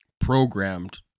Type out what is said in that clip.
programmed